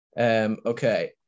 okay